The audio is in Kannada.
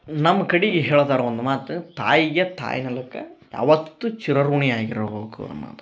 ನಮ್ಮ ಕಡಿಗಿ ಹೇಳ್ತಾರೊಂದ್ ಮಾತ ತಾಯಿಗೆ ತಾಯಿ ನೆಲಕ್ಕ ಯಾವತ್ತೂ ಚಿರಋಣಿಯಾಗಿ ಇರಬೇಕು ಅನ್ನದ